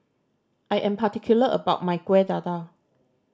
I am particular about my Kueh Dadar